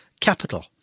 capital